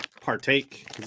partake